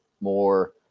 more